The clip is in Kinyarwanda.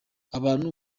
abantu